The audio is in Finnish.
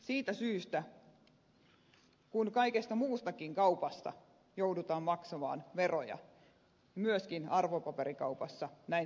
siitä syystä kun kaikesta muustakin kaupasta joudutaan maksamaan veroja myöskin arvopaperikaupassa näin tulisi tehdä